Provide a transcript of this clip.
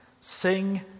sing